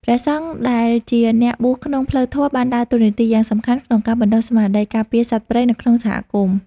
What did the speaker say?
ព្រះសង្ឃដែលជាអ្នកបួសក្នុងផ្លូវធម៌បានដើរតួនាទីយ៉ាងសំខាន់ក្នុងការបណ្តុះស្មារតីការពារសត្វព្រៃនៅក្នុងសហគមន៍។